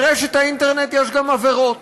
באינטרנט יש גם עבירות,